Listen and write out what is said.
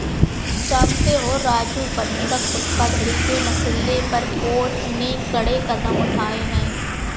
जानते हो राजू बंधक धोखाधड़ी के मसले पर कोर्ट ने कड़े कदम उठाए हैं